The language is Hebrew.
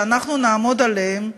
שאנחנו נעמוד עליהם,